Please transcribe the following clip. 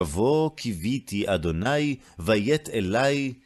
קווה קוויתי אדוני ויט אלי וישמע שוועתי.